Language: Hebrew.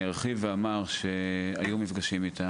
ארחיב ואומר שהיו מפגשים איתם.